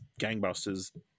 gangbusters